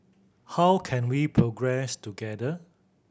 how can we progress together